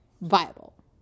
viable